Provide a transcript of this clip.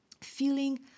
feeling